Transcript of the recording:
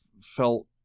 felt